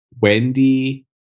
Wendy